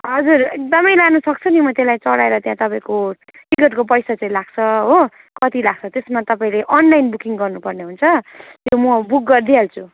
हजुर एकदमै लानु सक्छु नि म त्यसलाई चडाएर त्यहाँ तपाईँको टिकटको पैसा चाहिँ लाग्छ हो कति लाग्छ त्यसमा तपाईँले अनलाइन बुकिङ गर्नुपर्ने हुन्छ त्यो म बुक गरिदिइहाल्छु